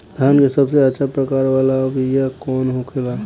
धान के सबसे अच्छा प्रकार वाला बीया कौन होखेला?